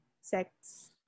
sex